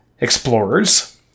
Explorers